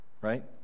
right